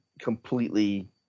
completely